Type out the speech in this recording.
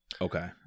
Okay